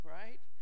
right